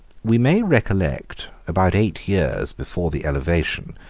we may recollect, about eight years before the elevation,